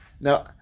Now